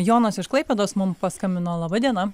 jonas iš klaipėdos mum paskambino laba diena